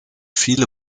viele